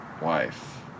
wife